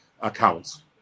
accounts